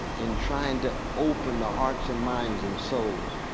in trying to open the hearts and minds, and souls